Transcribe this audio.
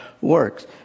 works